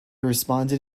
responded